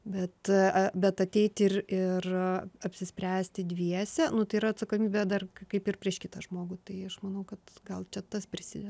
bet bet ateiti ir ir apsispręsti dviese nu tai yra atsakomybė dar kaip ir prieš kitą žmogų tai aš manau kad gal čia tas prisideda